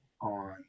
on